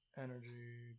Energy